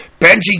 Benji